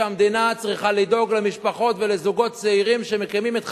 המדינה צריכה לדאוג למשפחות ולזוגות צעירים שמקיימים את חייהם,